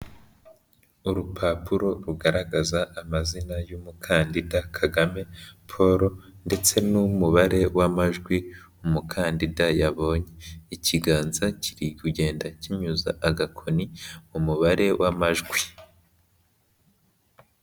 Urupapuro rugaragaza amazina y'umukandida Kagame Paul ndetse n'umubare w'amajwi umukandida yabonye. Ikiganza kiri kugenda kinyuza agakoni mu mubare w'amajwi.